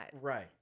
right